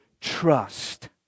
trust